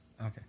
Okay